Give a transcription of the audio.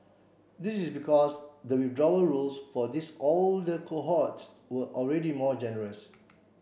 this is because the withdrawal rules for these older cohorts were already more generous